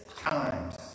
times